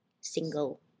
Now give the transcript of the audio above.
Single